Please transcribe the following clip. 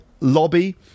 lobby